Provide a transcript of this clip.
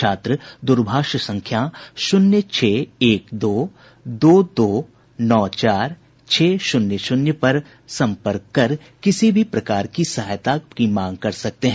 छात्र दूरभाष संख्या शून्य छह एक दो दो दो नौ चार छह शून्य शून्य पर संपर्क किसी भी प्रकार की सहायता मांग सकते हैं